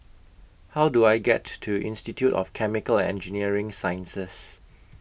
How Do I get to Institute of Chemical Engineering Sciences